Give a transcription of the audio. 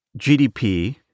GDP